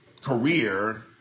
career